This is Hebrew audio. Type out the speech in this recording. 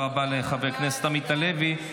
תודה רבה לחבר הכנסת עמית הלוי.